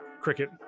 cricket